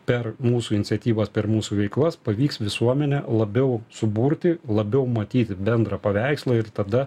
per mūsų iniciatyvas per mūsų veiklas pavyks visuomenę labiau suburti labiau matyti bendrą paveikslą ir tada